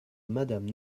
madame